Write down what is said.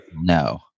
no